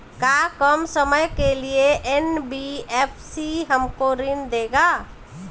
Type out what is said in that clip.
का कम समय के लिए एन.बी.एफ.सी हमको ऋण देगा?